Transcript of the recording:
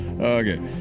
Okay